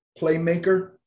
playmaker